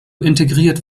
integriert